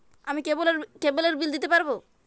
আমি কেবলের বিল দিতে পারবো?